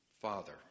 Father